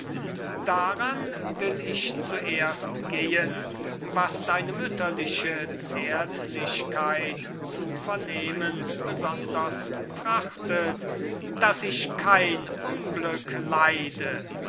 daran will ich zuerst gehen was deine mütterliche zärtlichkeit zu vernehmen besonders trachtet daß ich kein unglück leide